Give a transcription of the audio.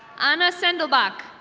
anna sengleback.